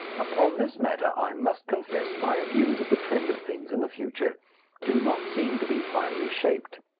upon this matter i must confess my views of the trend of things in the future do not seem to be finally shaped.